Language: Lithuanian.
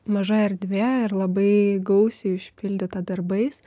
maža erdvė ir labai gausiai užpildyta darbais